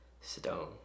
stone